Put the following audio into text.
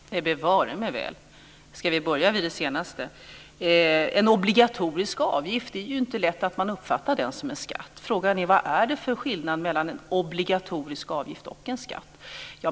Fru talman! Nej, bevare mig väl, om vi börjar med det sista. En obligatorisk avgift är ju lätt att man inte uppfattar som skatt. Frågan är vad det är för skillnad mellan en obligatorisk avgift och en skatt.